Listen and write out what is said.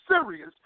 serious